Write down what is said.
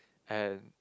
and